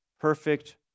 perfect